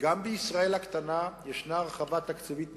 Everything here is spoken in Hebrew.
וגם בישראל הקטנה, ישנה הרחבה תקציבית מתבקשת,